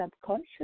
subconscious